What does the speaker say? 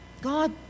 God